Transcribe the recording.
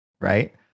right